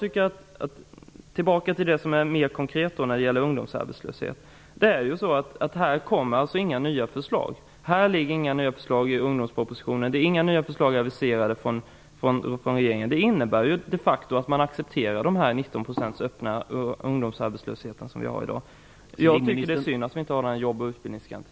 Så till det mera konkreta, ungdomsarbetslösheten. Här kommer inga nya förslag. Det finns inga nya förslag i ungdomspropositionen. Regeringen har inte aviserat några nya förslag. Det innebär de facto att man accepterar den öppna ungdomsarbetslösheten på 19 % som vi har i dag. Jag tycker att det är synd att vi inte har några jobb och någon utbildningsgaranti.